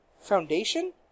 Foundation